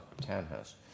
townhouse